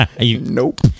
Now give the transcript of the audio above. Nope